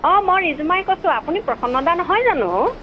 অঁ মই ৰিজুমাই কৈছোঁ আপুনি প্ৰসন্ন দা নহয় জানো